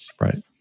Right